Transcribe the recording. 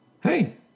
Hey